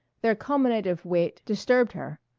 their culminative weight disturbed her.